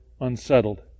unsettled